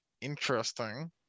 interesting